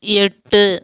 எட்டு